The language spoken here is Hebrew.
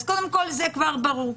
אז קודם כל זה כבר ברור.